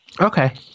Okay